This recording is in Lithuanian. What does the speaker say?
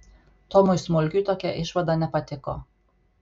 tomui smulkiui tokia išvada nepatiko